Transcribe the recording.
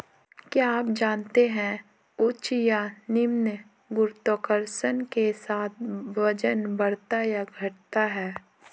क्या आप जानते है उच्च या निम्न गुरुत्वाकर्षण के साथ वजन बढ़ता या घटता है?